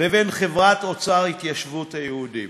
לבין חברת "אוצר התיישבות היהודים".